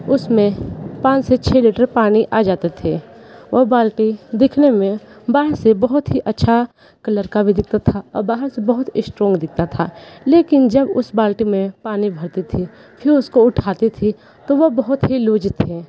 उसमें पाँच से छः लीटर पानी आ जाते थे वह बाल्टी दिखने में बाहर से बहुत ही अच्छा कलर का भी दिखता था और बाहर से बहुत स्ट्रॉंग दिखता था लेकिन जब उस बाल्टी में पानी भरती थी फि उसको उठाती थी तो वह बहुत ही लूज़ थे